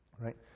right